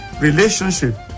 relationship